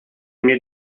mir